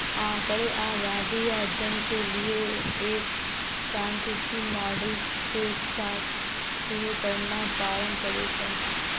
आंकड़े आबादी या अध्ययन के लिए एक सांख्यिकी मॉडल के साथ शुरू करना पारंपरिक है